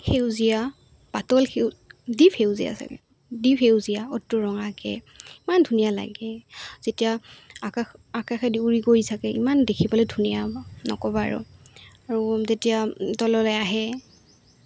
সেউজীয়া পাতল সেউ দীপ সেউজীয়া চাগৈ দীপ সেউজীয়া ওঠটো ৰঙাকৈ ইমান ধুনীয়া লাগে যেতিয়া আকাশ আকাশে দি উৰি কৰি চাগৈ ইমান দেখিবলৈ ধুনীয়া নক'বা আৰু আৰু যেতিয়া তললৈ আহে